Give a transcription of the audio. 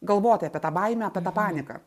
galvoti apie tą baimę apie tą paniką